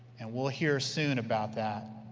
and we'll hear soon about that.